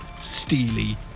steely